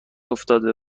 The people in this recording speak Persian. افتاده